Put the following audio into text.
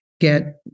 get